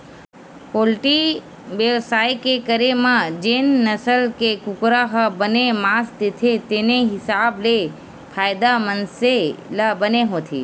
poultry बेवसाय के करे म जेन नसल के कुकरा ह बने मांस देथे तेने हिसाब ले फायदा मनसे ल बने होथे